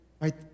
Right